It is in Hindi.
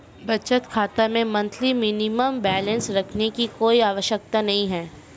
बचत खाता में मंथली मिनिमम बैलेंस रखने की कोई आवश्यकता नहीं है